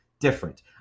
different